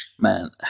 Man